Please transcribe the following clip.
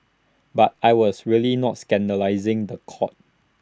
but I was really not scandalising The Court